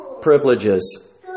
privileges